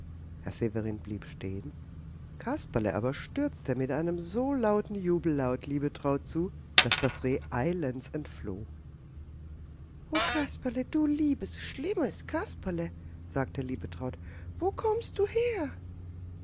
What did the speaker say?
herr severin blieb stehen kasperle aber stürzte mit einem so lauten jubellaut liebetraut zu daß das reh eilends entfloh o kasperle du liebes schlimmes kasperle sagte liebetraut wo kommst du her